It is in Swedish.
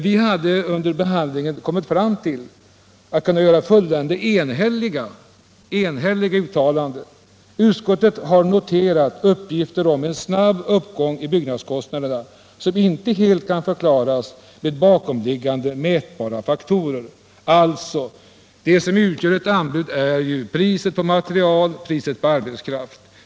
Vi enades emellertid i civilutskottet om att göra följande enhälliga uttalande: ”Utskottet har noterat uppgifter om en snabb uppgång i byggnadskostnaderna som inte helt kan förklaras med bakomliggande mätbara faktorer.” Ett anbud är uppbyggt på priset på material och på arbetskraft.